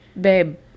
babe